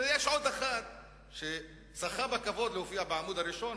ויש עוד אחד שזכה בכבוד להופיע בעמוד הראשון,